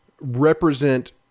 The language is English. represent